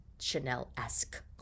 Chanel-esque